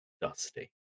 Dusty